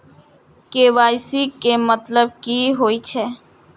KYC के मतलब की होई छै?